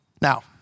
Now